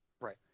Right